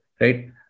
right